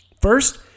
First